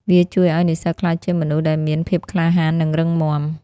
វាជួយឱ្យនិស្សិតក្លាយជាមនុស្សដែលមានភាពក្លាហាន និងរឹងមាំ។